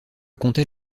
comptait